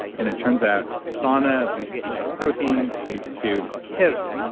and it turns out sauna leads heat shock protein, leads to hif.